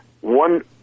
one